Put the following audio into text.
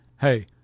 hey